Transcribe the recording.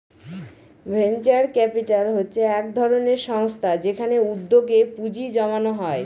venture capital হচ্ছে এক ধরনের সংস্থা যেখানে উদ্যোগে পুঁজি জমানো হয়